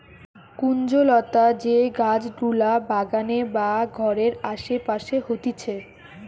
কুঞ্জলতা যে গাছ গুলা বাগানে বা ঘরের আসে পাশে হতিছে